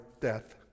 death